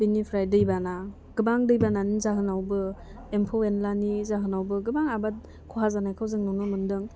बेनिफ्राय दै बाना गोबां दैबानानि जाहोनावबो एम्फौ एन्लानि जाहोनावबो गोबां आबाद खहा जानायखौ जों नुनो मोनदों